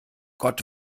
gott